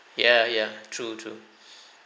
ya ya true true